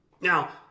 Now